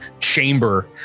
chamber